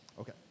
Okay